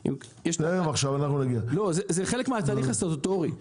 זה חלק מהתהליך הסטטוטורי.